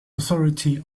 authority